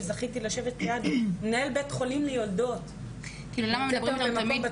שזכיתי לשבת ליד מנהל בית חולים ליולדות --- למה תמיד